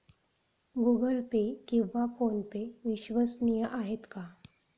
Google Pay किंवा फोनपे विश्वसनीय आहेत का?